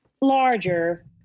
larger